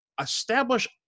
establish